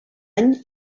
any